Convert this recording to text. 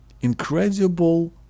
incredible